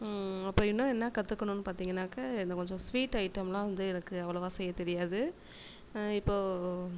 அப்புறம் இன்னும் என்ன கற்றுக்கணுன்னு பார்த்தீங்கன்னாக்கா இன்னும் கொஞ்சம் ஸ்வீட் ஐட்டம்லாம் வந்து எனக்கு அவ்ளோவாக செய்யத் தெரியாது இப்போ